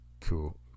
cool